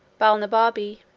balnibarbi,